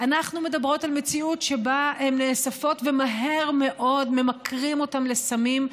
אנחנו מדברות על מציאות שבה הן נאספות ומהר מאוד ממכרים אותן לסמים,